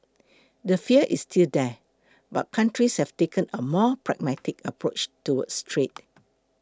the fear is still there but countries have taken a more pragmatic approach towards trade